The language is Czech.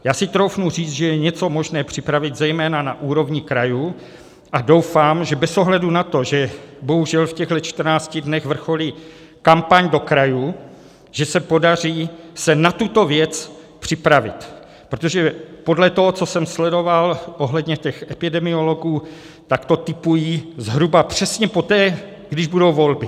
Já si troufnu říct, že je něco možné připravit zejména na úrovni krajů, a doufám, že bez ohledu na to, že bohužel v těchto 14 dnech vrcholí kampaň do krajů, že se podaří se na tuto věc připravit, protože podle toho, co jsem sledoval ohledně těch epidemiologů, tak to tipuji zhruba přesně poté, když budou volby.